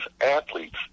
athletes